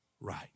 Right